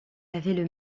avaient